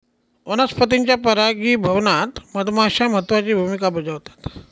वनस्पतींच्या परागीभवनात मधमाश्या महत्त्वाची भूमिका बजावतात